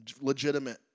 legitimate